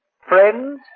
Friends